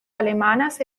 alemanas